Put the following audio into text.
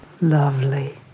Lovely